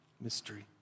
mystery